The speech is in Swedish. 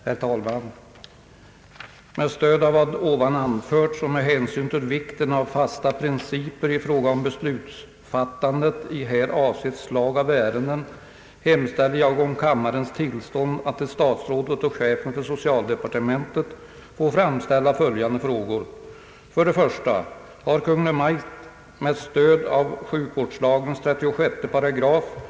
Herr talman! Enligt sjukvårdslagens fjärde paragraf skall landstingskommun vara indelad i läkardistrikt för öppen vård. Ifrågavarande provinsialläkardistriktsindelning fastställes av socialstyrelsen på förslag av sjukvårdsstyrelsen, varom stadgas i 2 8 sjukvårdsstadgan. Inom Torps läkardistrikt blir 7000 människor, som för närvarande har förmånen av läkarstationer i Fränsta och Torpshammar, genom beslutet om ändring av läkardistriktsindelningen hänvisade till läkarstation i Ånge. Med stöd av vad ovan anförts och med hänsyn till vikten av fasta principer i fråga om beslutsfattandet i här avsett slag av ärenden hemställer jag om kammarens tillstånd att till statsrådet och chefen för socialdepartementet få framställa följande frågor. 1.